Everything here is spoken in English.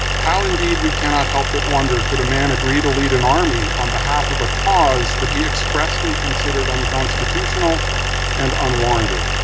how, indeed, we cannot help but wonder could a man agree to lead an army on behalf of a cause that he expressly considered unconstitutional and unwarranted.